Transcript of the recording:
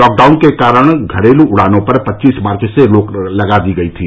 lockdown के कारण घरेलू उड़ानों पर पच्चीस मार्च से रोक लगा दी गई थी